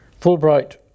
Fulbright